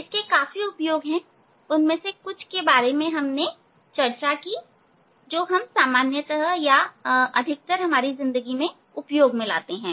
इसके काफी उपयोग है परंतु उनमें से कुछ के बारे में हमने चर्चा की जो हम अधिकतर हमारी रोज की जिंदगी में उपयोग में लेते हैं